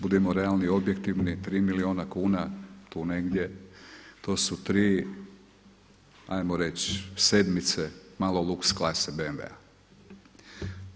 Budimo realni i objektivni 3 milijuna kuna, tu negdje to su tri, ajmo reći sedmice malo lux klase BMW-a.